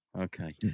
Okay